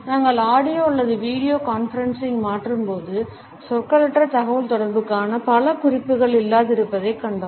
நாங்கள் ஆடியோ அல்லது வீடியோ கான்பரன்சிங்கிற்கு மாற்றும்போது சொற்களற்ற தகவல்தொடர்புக்கான பல குறிப்புகள் இல்லாதிருப்பதைக் கண்டோம்